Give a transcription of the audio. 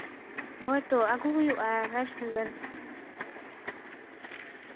ᱦᱳᱭᱛᱳ ᱟᱹᱜᱩ ᱦᱩᱭᱩᱜᱼᱟ ᱨᱟᱡᱽᱱᱚᱜᱚᱨ